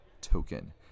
token